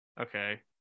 Okay